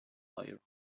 fire